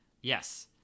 Yes